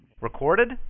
Recorded